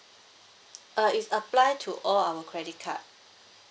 uh it's apply to all our credit card